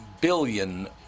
billion